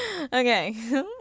Okay